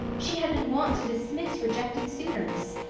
she had been wont to dismiss rejected suitors?